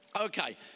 okay